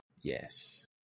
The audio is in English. Yes